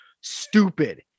stupid